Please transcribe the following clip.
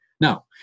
Now